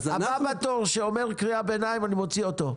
הבא בתור שאומר קריאת ביניים אני מוציא אותו.